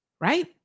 right